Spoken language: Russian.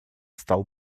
стал